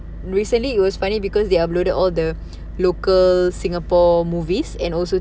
recently it was funny because they uploaded all the local singapore movies and also